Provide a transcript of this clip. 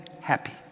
happy